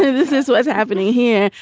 this is what's happening here.